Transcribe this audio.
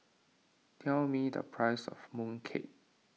tell me the price of Mooncake